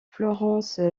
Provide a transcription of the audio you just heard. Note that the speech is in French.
florence